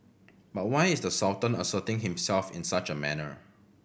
but why is the Sultan asserting himself in such a manner